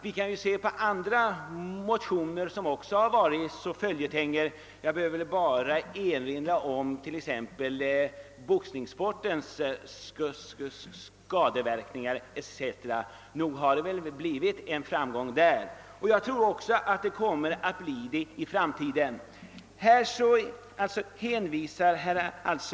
Vi kan se på andra motioner, vilka också haft karaktären av följetong. Jag behöver t.ex. bara erinra om motioner med krav på förbud mot boxningssporten på grund av dess skadeverkningar. Nog har det väl blivit en framgång därvidlag. Jag tror också att vi i framtiden i frågan om pressetik kommer att kunna få förändringar till stånd.